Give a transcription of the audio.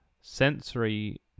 sensory